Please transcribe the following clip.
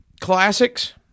classics